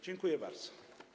Dziękuję bardzo.